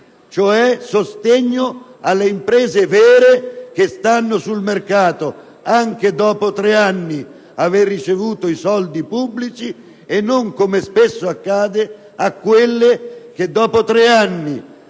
quindi sostegno alle imprese vere che stanno sul mercato anche dopo tre anni dall'aver ricevuto i soldi pubblici e non - come spesso accade - a quelle imprese che dopo tre anni,